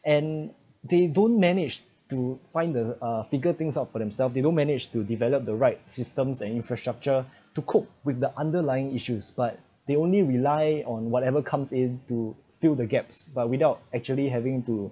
and they don't manage to find the uh figure things out for themselves they don't manage to develop the right systems and infrastructure to cope with the underlying issues but they only rely on whatever comes in to fill the gaps but without actually having to